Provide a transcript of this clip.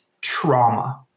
trauma